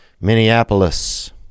Minneapolis